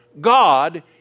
God